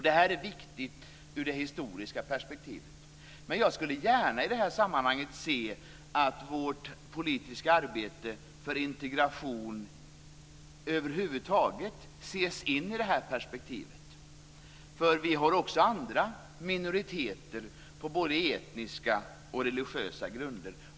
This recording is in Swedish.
Det här är viktigt ur det historiska perspektivet. Men jag skulle gärna se att vårt politiska arbete för integration över huvud taget sätts in i det här perspektivet, för vi har också andra minoriteter, på både etniska och religiösa grunder.